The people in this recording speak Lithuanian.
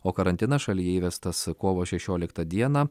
o karantinas šalyje įvestas kovo šešioliktą dieną